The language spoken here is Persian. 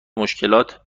مشکلات